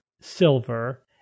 silver